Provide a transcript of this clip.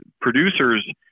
producers